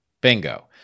Bingo